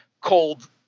cold